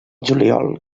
juliol